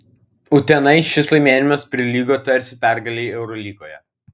utenai šis laimėjimas prilygo tarsi pergalei eurolygoje